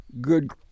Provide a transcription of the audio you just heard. good